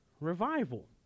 revival